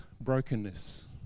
brokenness